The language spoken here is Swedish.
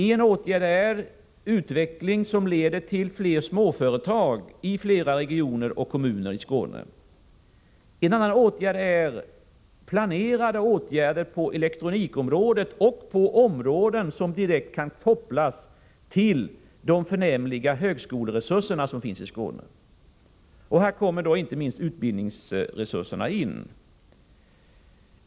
En åtgärd är att få till stånd utveckling som leder till fler småföretag i flera regioner och kommuner i Skåne. En annan åtgärd är att få till stånd planerade åtgärder på elektronikområdet och på områden som direkt kan kopplas till de förnämliga högskoleresurser som finns i Skåne. Här kommer inte minst utbildningsresurserna in i bilden.